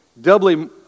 doubly